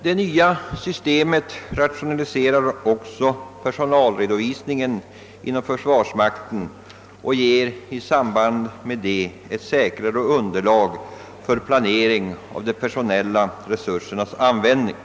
Detta system rationaliserar även personalredovisningen inom försvarsmakten och ger i samband därmed ett säkrare underlag för planering av de personella resursernas användning.